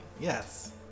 Yes